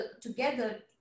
together